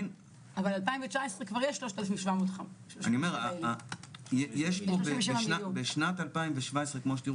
אבל 2019 כבר יש 3,700. בשנת 2017 כמו שתראו